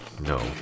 No